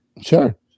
Sure